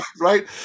Right